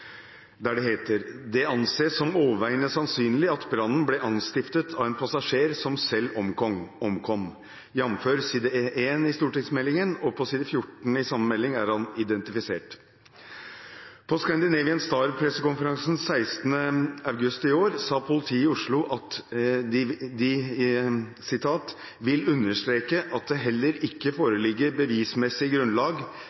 anses som overveiende sannsynlig at brannen ble anstiftet av en passasjer som selv omkom», jf. side 1, på side 14 er han identifisert. På Scandinavian Star-pressekonferansen 9. august sa politiet i Oslo at de «vil understreke at det heller ikke